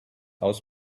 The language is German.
aus